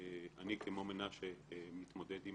אני כמו מנשה, מתמודד עם